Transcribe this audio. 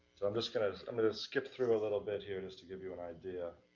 i'm just gonna, i'm gonna skip through a little bit here just to give you an idea